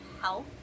health